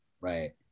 Right